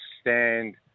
stand